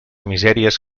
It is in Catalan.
misèries